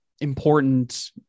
important